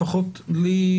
לפחות לי,